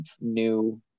new